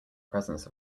presence